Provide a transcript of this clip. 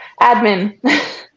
admin